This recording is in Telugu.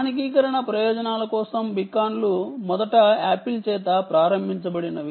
స్థానికీకరణ ప్రయోజనాల కోసం బీకాన్లు మొదట యాపిల్ చేత ప్రారంభించబడినవి